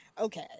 Okay